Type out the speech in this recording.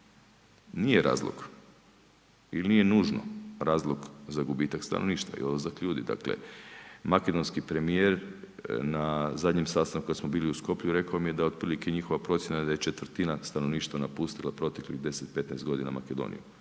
nije razlog ili nije nužno razlog za gubitak stanovništva i odlazak ljudi. Dakle makedonski premijer na zadnjem sastanku kada smo bili u Skopju rekao mi je da otprilike njihova procjena da je četvrtina stanovništva napustila proteklih 10, 15 godina Makedoniju.